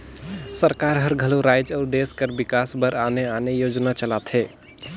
सरकार हर घलो राएज अउ देस कर बिकास बर आने आने योजना चलाथे